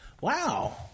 wow